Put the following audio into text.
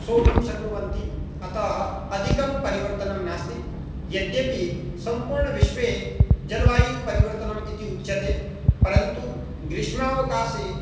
सोढुं शक्नुवन्ति अतः अधिकं परिवर्तनं नास्ति यद्यपि सम्पूर्णविश्वे जलवायुः परिवर्तनम् इति उच्यते परन्तु ग्रीष्मावकाशे